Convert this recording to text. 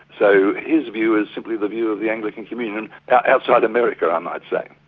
so his view is simply the view of the anglican communion outside america i might say.